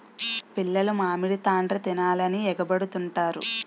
పిల్లలు మామిడి తాండ్ర తినాలని ఎగబడుతుంటారు